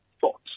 thoughts